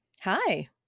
Hi